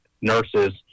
nurses